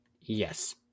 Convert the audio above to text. Yes